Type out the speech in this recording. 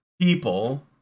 people